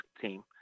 team